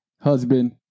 husband